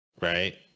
right